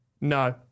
No